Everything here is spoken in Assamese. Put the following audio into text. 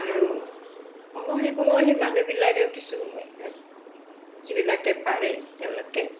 আৰু অঙহী বঙহী মানুহকিছুমানেও যিবিলাকে পাৰে তেওঁলোকে